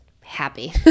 happy